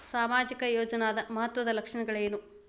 ಸಾಮಾಜಿಕ ಯೋಜನಾದ ಮಹತ್ವದ್ದ ಲಕ್ಷಣಗಳೇನು?